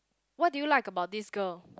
what do you like about this girl